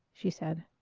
she said.